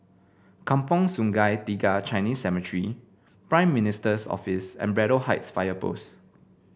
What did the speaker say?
Kampong Sungai Tiga Chinese Cemetery Prime Minister's Office and Braddell Heights Fire Post